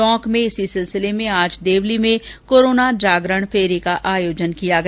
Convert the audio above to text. talk में इसी सिलसिले में आज देवली में कोरोना जागरण फेरी का आयोजन किया गया